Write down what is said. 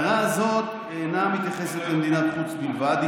מההגדרה שחבר הכנסת דיכטר מצא בחוק העמותות.